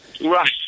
Right